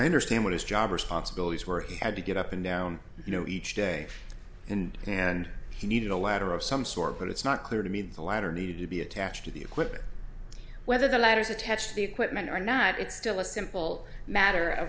understand what his job responsibilities were he had to get up and down you know each day and and he needed a ladder of some sort but it's not clear to me that the ladder needed to be attached to the equipment whether the ladders attached the equipment or not it's still a simple matter of